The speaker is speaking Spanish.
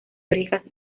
orejas